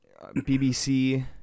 BBC